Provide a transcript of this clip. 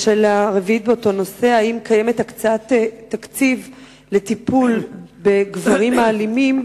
4. האם קיימת הקצאת תקציב לטיפול בגברים האלימים?